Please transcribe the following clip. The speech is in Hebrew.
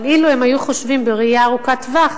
אבל אילו חשבו בראייה ארוכת-טווח,